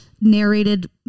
narrated